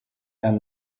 and